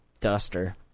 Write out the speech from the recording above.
duster